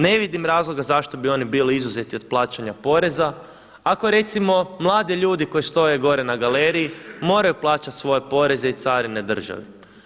Ne vidim razloga zašto bi oni bili izuzeti od plaćanja poreza, ako recimo mladi ljudi koji stoje gore na galeriju moraju plaćati svoje poreze i carine države.